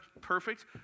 perfect